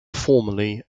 formerly